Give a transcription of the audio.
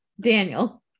daniel